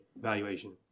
valuation